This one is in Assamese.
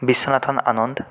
বিশ্বনাথন আনন্দ